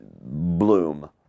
bloom